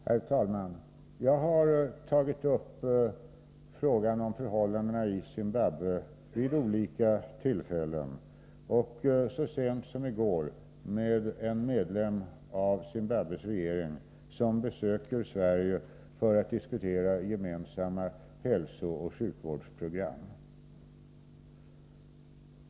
Herr talman! Jag har tagit upp frågan om förhållandena i Zimbabwe vid olika tillfällen och så sent som i går med en medlem av Zimbabwes regering, som besöker Sverige för att diskutera gemensamma hälsooch sjukvårdsprogram.